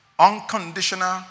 Unconditional